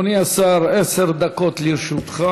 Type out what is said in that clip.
אדוני השר, עשר דקות לרשותך.